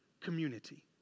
community